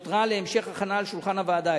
נותר להמשך הכנה על שולחן הוועדה.